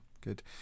good